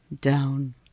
Down